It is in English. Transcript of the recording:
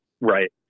right